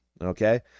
Okay